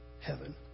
heaven